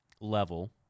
level